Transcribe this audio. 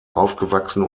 aufgewachsen